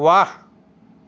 ৱাহ